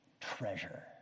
treasure